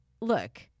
look